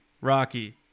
Rocky